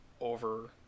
over